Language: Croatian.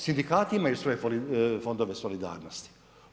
Sindikati imaju svoje fondove solidarnosti.